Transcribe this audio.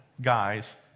guys